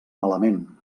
malament